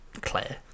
Claire